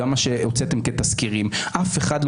גם מה שהוצאתם כתזכירים אף אחד לא